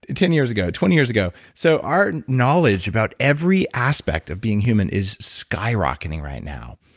ah ten years ago, twenty years ago? so our knowledge about every aspect of being human is skyrocketing right now.